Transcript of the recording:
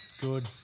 good